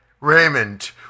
Raymond